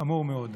חמור מאוד.